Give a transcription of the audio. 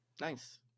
nice